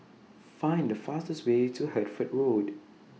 Find The fastest Way to Hertford Road